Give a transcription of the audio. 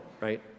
right